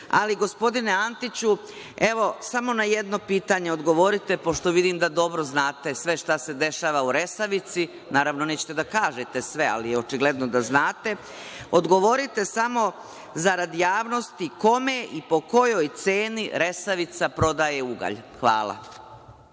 2.000.Gospodine Antiću, evo samo na jedno pitanje odgovorite, pošto vidim da dobro znate sve šta se dešava u „Resavici“, naravno nećete da kažete sve, ali očigledno da znate. Odgovorite samo zarad javnosti – kome i po kojoj ceni „Resavica“ prodaje ugalj? Hvala.